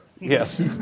Yes